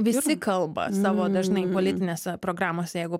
visi kalba savo dažnai politinėse programose jeigu